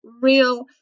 real